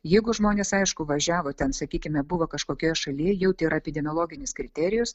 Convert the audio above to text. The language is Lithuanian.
jeigu žmonės aišku važiavo ten sakykime buvo kažkokioje šalyje jau tai yra epidemiologinis kriterijus